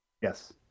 yes